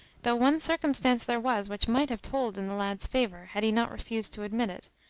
though one circumstance there was which might have told in the lad's favour had he not refused to admit it,